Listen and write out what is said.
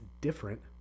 different